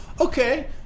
okay